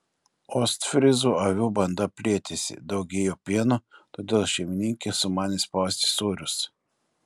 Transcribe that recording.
ostfryzų avių banda plėtėsi daugėjo pieno todėl šeimininkė sumanė spausti sūrius